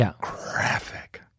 graphic